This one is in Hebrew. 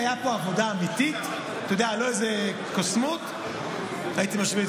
עבודה אמיתית, לא איזו קוסמות, הייתי משוויץ